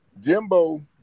Jimbo